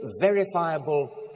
verifiable